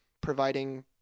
providing